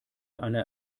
eine